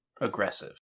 aggressive